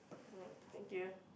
mm thank you